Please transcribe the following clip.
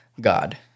God